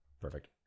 perfect